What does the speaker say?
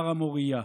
הר המוריה.